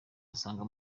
dusanga